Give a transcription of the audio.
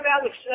Alex